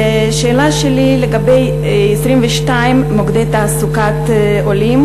השאלה שלי היא לגבי 22 מוקדי תעסוקת עולים